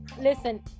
Listen